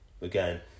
Again